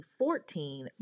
2014